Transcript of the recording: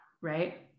right